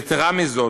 יתרה מזאת,